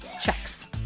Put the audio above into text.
checks